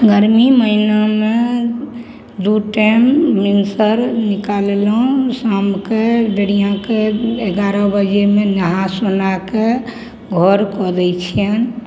गरमी महिनामे दुइ टाइम भिनसर निकाललहुँ शामके बेरिआके एगारह बजेमे नहा सोनाके घरके दै छिअनि